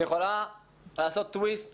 היא יכולה לעשות טוויסט